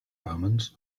omens